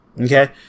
okay